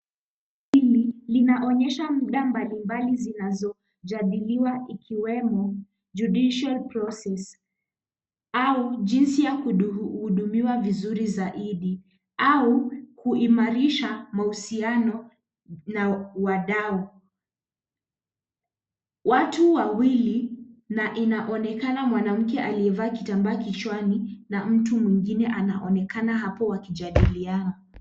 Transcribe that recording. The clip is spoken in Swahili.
Hili linonyesha mada mbalimbali zinazojadiliwa ikiwemo judicial process au jinsi ya kuhudumiwa vizuri zaidi au kuimarisha mahusiano na uwadau. Watu wawili na inaonekana mwanamke aliyevaa kitambaa kichwani na mtu mwingine wanaonekana hapo wakijadiliana.